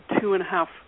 two-and-a-half